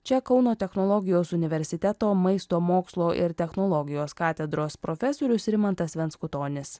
čia kauno technologijos universiteto maisto mokslo ir technologijos katedros profesorius rimantas venskutonis